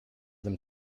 them